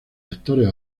lectores